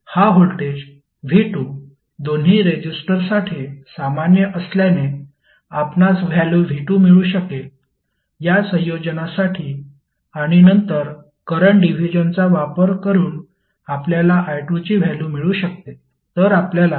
हा voltage v2 दोन्ही रेजिस्टरसाठी सामान्य असल्याने आपणास व्हॅल्यू v2 मिळू शकेल या संयोजनासाठी आणि नंतर करंट डिव्हिजनचा वापर करून आपल्याला i2 ची व्हॅल्यू मिळू शकते